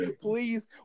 please